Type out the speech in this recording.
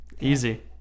Easy